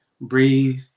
Breathe